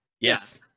Yes